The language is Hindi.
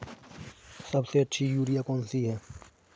सबसे अच्छी यूरिया कौन सी होती है?